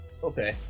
Okay